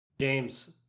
James